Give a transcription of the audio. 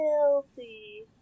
Healthy